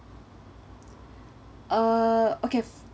uh okay